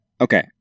Okay